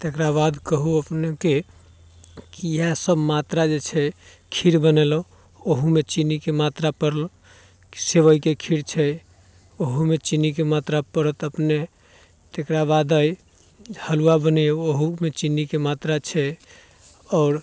तेकरा बाद कहू अपनेके किए सभ मात्रा जे छै खीर बनेलहुँ ओहूमे चीनीके मात्रा पड़ल सेवइके खीर छै ओहूमे चीनीके मात्रा पड़त अपने तेकरा बाद अइ हलवा बने ओहूमे चीनीके मात्रा छै आओर